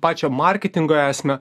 pačią marketingo esmę